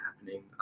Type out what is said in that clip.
happening